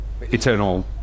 eternal